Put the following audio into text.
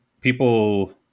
people